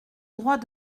droit